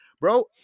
Bro